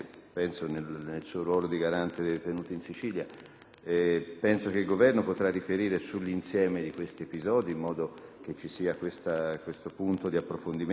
Penso che il Governo potrà riferire sull'insieme di questi episodi, in modo che vi sia questo approfondimento, così come era stato chiesto in un'interrogazione.